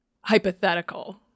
hypothetical